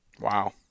Wow